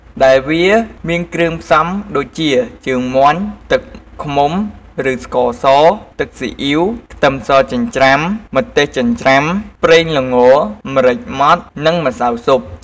ដែលវាមានគ្រឿងផ្សំដូចជា ជើងមាន់ ទឹកឃ្មុំឬស្ករស ទឹកស៊ីអ៉ីវ ខ្ទឹមសចិញ្រ្ចាំ ម្ទេសចិញ្រ្ជាំ ប្រេងល្ង ម្រេចម៉ដ្ឋ និងម្សៅស៊ុប ។